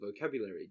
vocabulary